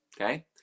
Okay